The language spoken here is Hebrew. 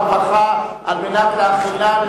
הרווחה והבריאות נתקבלה.